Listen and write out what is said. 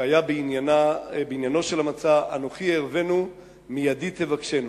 שהיה בעניינו של המצע, אנוכי אערבנו, מידי תבקשנו: